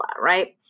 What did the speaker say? right